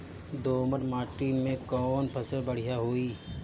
दोमट माटी में कौन फसल बढ़ीया होई?